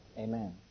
Amen